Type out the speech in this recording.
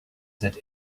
that